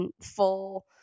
full